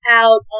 out